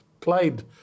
played